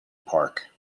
park